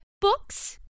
books